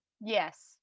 yes